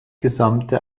gesamte